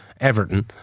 Everton